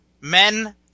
Men